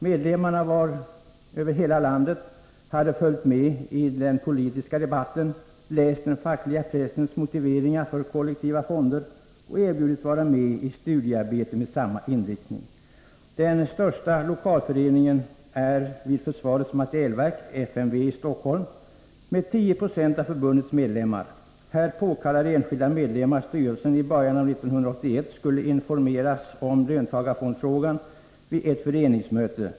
Medlemmarna över hela landet hade följt med i den politiska debatten, läst den fackliga pressens motiveringar för kollektiva fonder och erbjudits vara med i studiearbete med samma inriktning. Den största lokalföreningen är vid försvarets materielverk, FMV, i Stockholm, med 10 92 av förbundets medlemmar. Här påkallade enskilda medlemmar att styrelsen i början av 1981 skulle informeras om löntagarfondsfrågan vid ett föreningsmöte.